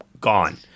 gone